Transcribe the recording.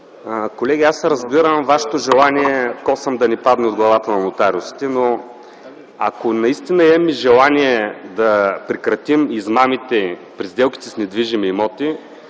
колеги! Разбирам вашето желание косъм да не падне от главата на нотариусите, но ако наистина имаме желание да прекратим измамите при сделките с недвижими имоти,